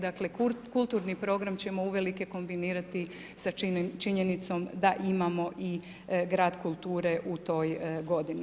Dakle, kulturni program ćemo uvelike kombinirati sa činjenicom da imamo i grad kulture u toj godini.